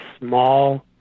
small